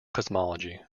cosmology